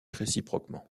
réciproquement